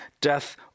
Death